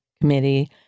Committee